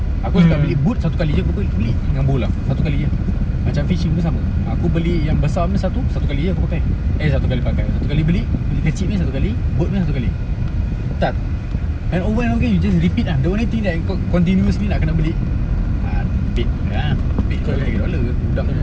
aku nak beli boot satu kali jer pakai beli dengan bola satu kali jer macam fishing pun sama aku beli yang besar punya satu satu lagi aku pakai eh satu kali pakai satu kali beli beli kecil punya satu kali boat punya satu kali tat~ like over hungry you just repeat ah the only thing that kau continuously lah kena beli ah bait ah bait baru tiga dollar udang tu